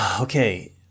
okay